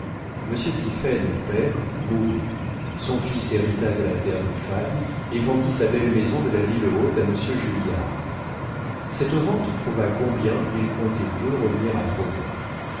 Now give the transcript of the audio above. monsieur tiphaine père mourut son fils hérita de la terre du fay et vendit sa belle maison de la ville haute à monsieur julliard cette vente prouva combien il comptait peu revenir à